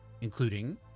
including